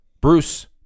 Bruce